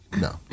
no